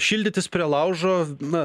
šildytis prie laužo na